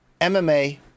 MMA